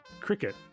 Cricket